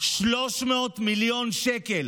300 מיליון שקל